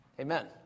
Amen